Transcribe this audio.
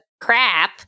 crap